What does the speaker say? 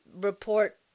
report